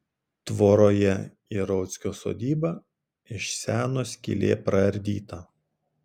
tvoroje į rauckio sodybą iš seno skylė praardyta